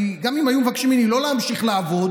גם אם היו מבקשים ממני לא להמשיך לעבוד,